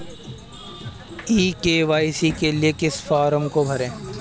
ई KYC के लिए किस फ्रॉम को भरें?